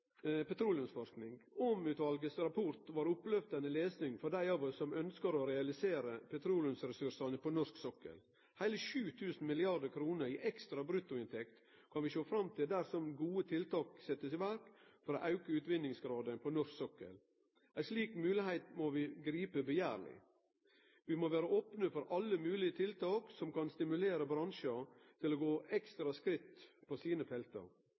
petroleumsforsking: Åm-utvalets rapport var opplyftande lesing for dei av oss som ønskjer å realisere petroleumsressursane på norsk sokkel. Heile 7 000 mrd. kr i ekstra bruttoinntekter kan vi sjå fram til dersom gode tiltak blir sette i verk for å auke utvinningsgraden på norsk sokkel. Ei slik moglegheit må vi gripe ivrig etter. Vi må vere opne for alle moglege tiltak som kan stimulere bransjen til å gå ekstra skritt på sine